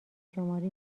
شماری